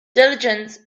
diligence